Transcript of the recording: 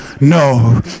No